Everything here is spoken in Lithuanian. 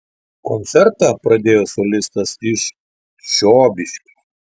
koncertą pradėjo solistas iš čiobiškio